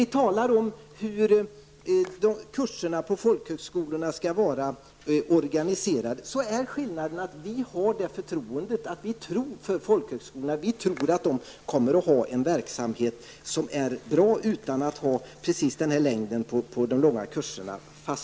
När det gäller hur kurserna på folkhögskolorna skall var organiserade är skillnaden att vi har det förtroendet för folkhögskolorna att vi tror att de kommer att ha en verksamhet som är bra utan att ha precis den här längden fastställd på de allmänna kurserna.